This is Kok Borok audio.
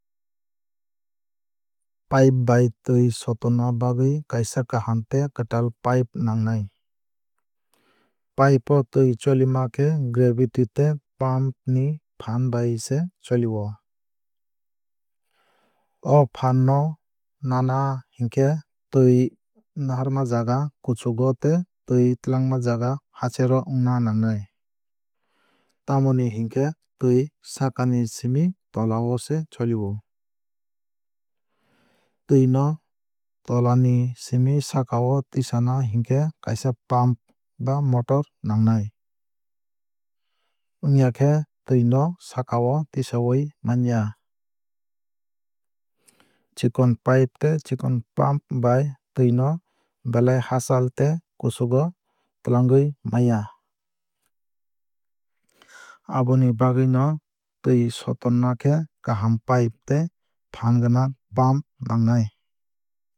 Pipe bai twui sotonna bagwui kaisa kaham tei kwtal pipe nangnai. Pipe o twui cholima khe gravity tei pump ni phaan bai se choli o. O phaan no nana hingkhe twui naharma jaga kuchugo tei twui twlangma jaga hacher o wngna nangnai. Tamoni hinkhe twui sakani simi tolao se choli o. Twui no tola ni simi saka o tisana hinkhe kaisa pump ba motor nangnai. Wngya khe twui no sakao tisawui manya. Chikon pipe tei chikon pump bai twui no belai hachal tei kuchugo twlangwui maya. Aboni bagwui no twui sotonna khe kaham pipe tei phaan gwnang pump nangnai.